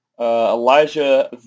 Elijah